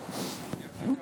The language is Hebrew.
רגע,